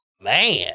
man